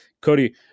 Cody